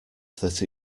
that